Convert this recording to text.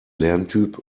lerntyp